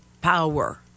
power